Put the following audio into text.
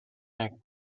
egg